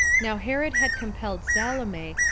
now herod had compelled salome,